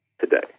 today